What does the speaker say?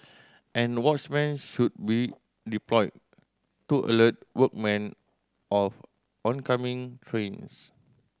and watchmen should be deployed to alert workmen of oncoming trains